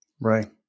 Right